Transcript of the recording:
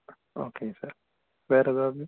ஓகேங்க சார் வேறு ஏதாவது